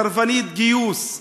סרבנית גיוס,